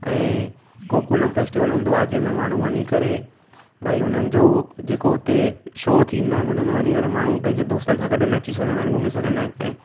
ऐं कोकूनम फैस्टिवल हूंदो आहे जंहिंमें माण्हू वञी करे भई हुननि जो जेको हुते शो थींदा आहिनि हुन में वञी करे माण्हू पंहिंजे दोस्तनि सां गॾु नची सघंदा आहिनि घुमी सघंदा आहिनि ऐं